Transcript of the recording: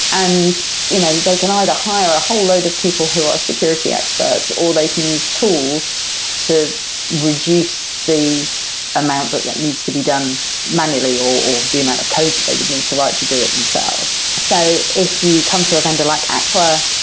and you know they can either hire a whole load of people who are security experts or they can use tools to reduce the amount that that needs to be done manually or the amount of code that they would need to write to do it themselves. so if you come to a vendor like aqua,